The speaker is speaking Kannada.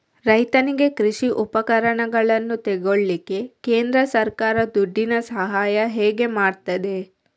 ರೈತನಿಗೆ ಕೃಷಿ ಉಪಕರಣಗಳನ್ನು ತೆಗೊಳ್ಳಿಕ್ಕೆ ಕೇಂದ್ರ ಸರ್ಕಾರ ದುಡ್ಡಿನ ಸಹಾಯ ಹೇಗೆ ಮಾಡ್ತದೆ?